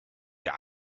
der